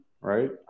right